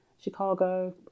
Chicago